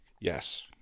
yes